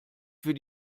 für